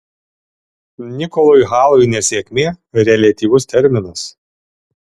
nikolui halui nesėkmė reliatyvus terminas